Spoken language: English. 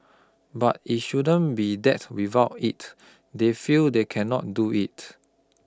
but it shouldn't be that without it they feel they cannot do it